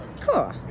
Cool